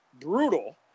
brutal